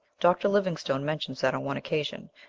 dr. livingstone mentions that on one occasion,